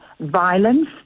violence